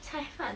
菜饭